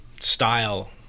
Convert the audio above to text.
style